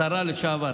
השרה לשעבר,